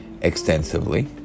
extensively